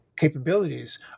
capabilities